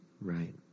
Right